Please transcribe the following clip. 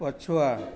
ପଛୁଆ